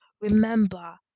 remember